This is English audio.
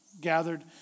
gathered